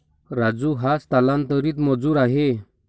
राजू हा स्थलांतरित मजूर आहे